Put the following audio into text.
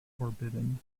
forbidden